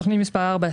תכנית מספר ארבע,